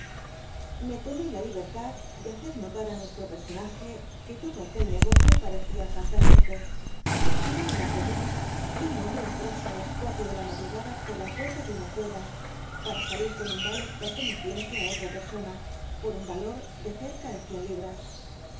me tomé la libertad de hacer notar á nuestro personaje que todo aquel negocio parecía fantástico y que no era común que un hombre entrase á las cuatro de la madrugada por la puerta de una cueva para salir con un vale perteneciente á otra persona por un valor de cerca de cien libras